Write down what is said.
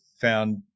found